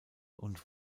und